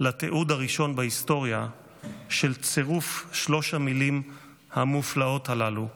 לתיעוד הראשון בהיסטוריה של צירוף שלוש המילים המופלאות הללו,